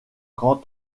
grand